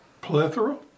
Plethora